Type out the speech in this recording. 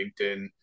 LinkedIn